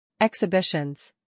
Exhibitions